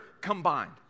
combined